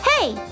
hey